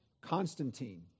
Constantine